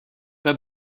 pas